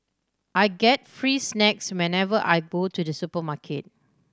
I get free snacks whenever I to the supermarket